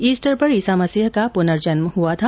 Easter पर ईसा मसीह का पूर्नजन्म हुआ था